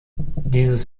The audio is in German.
dieses